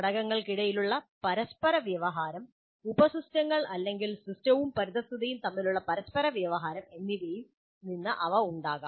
ഘടകങ്ങൾക്കിടയിലുള്ള പരസ്പരവ്യവഹാരം ഉപസിസ്റ്റങ്ങൾ അല്ലെങ്കിൽ സിസ്റ്റവും പരിസ്ഥിതിയും തമ്മിലുള്ള പരസ്പരവ്യവഹാരം എന്നിവയിൽ നിന്ന് അവ ഉണ്ടാകാം